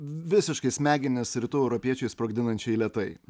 visiškai smegenis rytų europiečiui sprogdinančiai lėtai